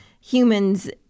humans